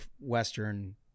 Western